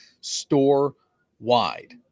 store-wide